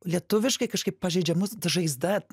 lietuviškai kažkaip pažeidžiamus žaizda